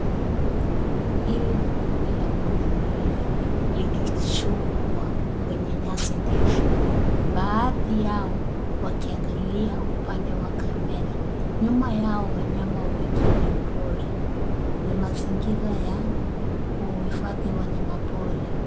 Hili ni kundi la pundamilia, likichungwa kwenye nyasi ndefu. Baadhi yao wakiangalia upande wa kamera. Nyuma yao wanyama wengine pori. Ni mazingira ya kuhifadhi wanyama pori.